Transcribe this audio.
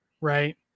right